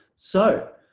so.